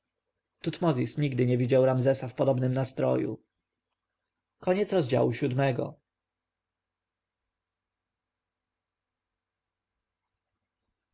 tutmozis nigdy nie widział ramzesa w podobnym nastroju